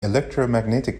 electromagnetic